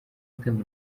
adamu